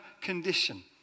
condition